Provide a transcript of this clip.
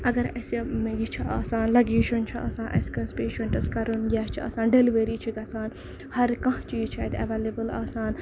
اَگر اَسہِ یہِ چھُ آسان لَگیشن چھُ اَسہِ کٲنسہِ پیشَنٹَس کَرُن یا چھُ آسان ڈیلؤری چھُ گژھان ہر کانہہ چیٖز چھُ اَتہِ ایویلیبٔل آسان